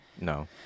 No